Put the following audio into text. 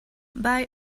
bei